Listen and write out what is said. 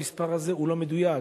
והמספר הזה אינו מדויק,